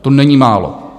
To není málo.